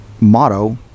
motto